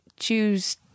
choose